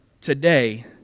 today